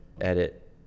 edit